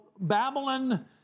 Babylon